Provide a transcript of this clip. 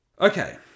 Okay